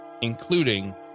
including